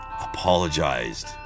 apologized